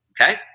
Okay